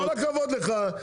כל הכבוד לך,